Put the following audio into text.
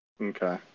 Okay